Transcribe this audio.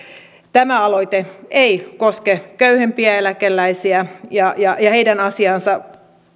tämä aloite ei koske köyhimpiä eläkeläisiä ja ja heidän asiaansa